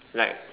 like